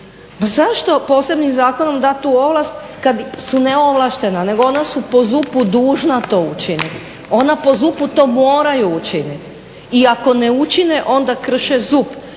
zašto posebnim zakonom dati tu ovlast kad su neovlaštena, nego ona su po ZUP-u dužna to učiniti, ona po ZUP-u to moraju učiniti i ako ne učine onda krše ZUP,